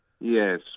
Yes